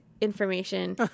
information